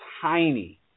tiny